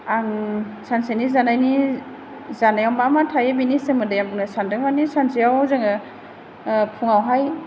आं सानसेनि जानायनि जानाया मा मा थायो बेनि सोमोन्दै आं बुंनो सानदों मानि सानसेयाव जोङो फुङावहाय